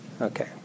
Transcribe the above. Okay